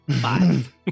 Five